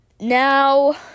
Now